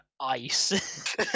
ice